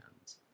hands